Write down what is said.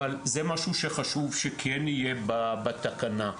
וזה משהו שחשוב שכן יהיה בתקנה.